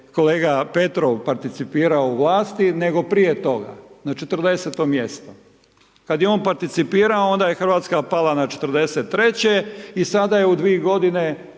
kolega Petrov participirao u vlasti, nego prije toga, na 40-to mjesto. Kada je on participirao, onda je RH pala na 43-će i sada je u dvije godine